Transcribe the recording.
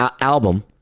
album